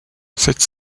cette